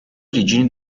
origini